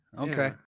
Okay